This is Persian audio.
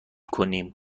کنیم